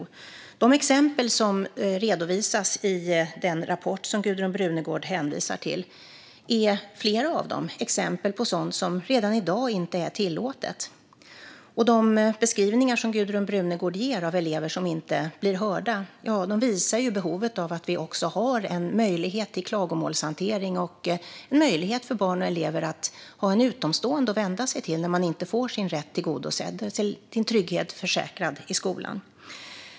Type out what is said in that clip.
Flera av de exempel som redovisas i den rapport som Gudrun Brunegård hänvisar till är exempel på sådant som redan i dag inte är tillåtet. De beskrivningar som Gudrun Brunegård ger av elever som inte blir hörda, ja, de visar behovet av klagomålshantering och en möjlighet för barn och elever att vända sig till en utomstående när de inte får sin rätt tillgodosedd och sin trygghet försäkrad i skolan.